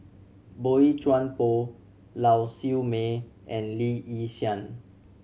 Boey Chuan Poh Lau Siew Mei and Lee Yi Shyan